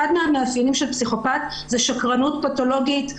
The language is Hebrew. חלק מהמאפיינים של פסיכופת הם שקרנות פתולוגית,